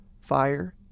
Fire